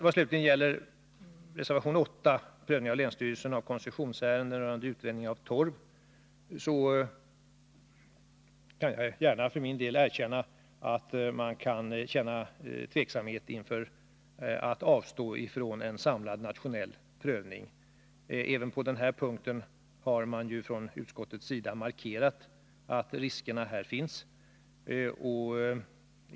Vad så gäller reservation 8 — prövning hos länsstyrelserna av koncessionsärenden rörande utvinning av torv — kan jag gärna för min del erkänna att man kan känna tveksamhet inför att avstå från en samlad nationell prövning. Även på den här punkten har man från utskottets sida markerat att riskerna finns.